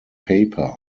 paper